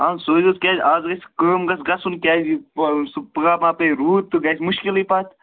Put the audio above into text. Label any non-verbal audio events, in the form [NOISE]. اَہن سوٗزِو کیٛازِ آز گژھِ کٲم گژھُن کیٛازِ یہِ [UNINTELLIGIBLE] سُہ پگاہ ما پے روٗد تہٕ گژھِ مُشکِلٕے پَتہٕ